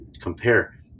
compare